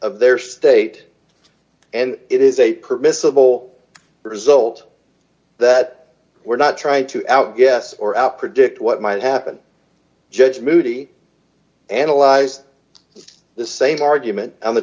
of their state and it is a permissible result that we're not trying to outguess or out predict what might happen judge moody analyzed the same argument on the